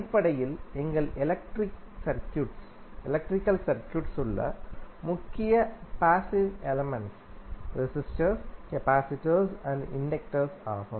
அடிப்படையில் எங்கள் எலக்ட்ரிக் சர்க்யூடில் உள்ள முக்கிய பேசிவ் எலிமென்ட்ஸ் ரெசிஸ்டர் கெபாசிடர் மற்றும் inductor resistors capacitors and inductors ஆகும்